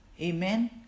amen